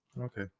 Okay